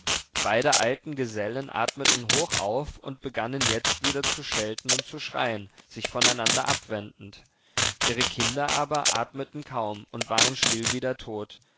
beide alten gesellen atmeten hoch auf und begannen jetzt wieder zu schelten und zu schreien sich voneinander abwendend ihre kinder aber atmeten kaum und waren still wie der tod